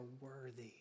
worthy